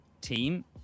team